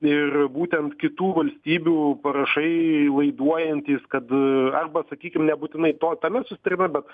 ir būtent kitų valstybių parašai laiduojantys kad arba sakykim nebūtinai to tame susitarime bet